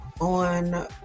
on